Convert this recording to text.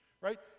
right